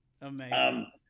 Amazing